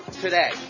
today